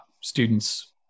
students